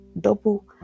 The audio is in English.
double